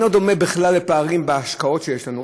לא דומה בכלל לפערים בהשקעות שיש לנו.